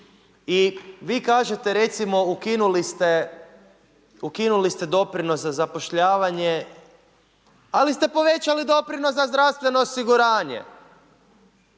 i vi kažete recimo, ukinuli ste doprinos za zapošljavanje, ali ste povećali doprinos za zdravstveno osiguranje.